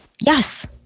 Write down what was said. Yes